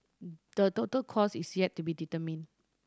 the total cost is yet to be determine